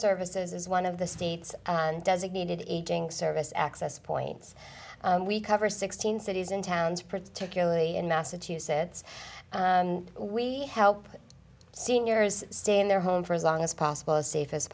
services is one of the states and designated aging service access points we cover sixteen cities and towns particularly in massachusetts and we help seniors stay in their home for as long as possible as safe as